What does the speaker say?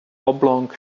oblong